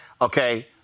okay